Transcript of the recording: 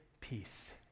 peace